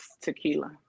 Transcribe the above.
tequila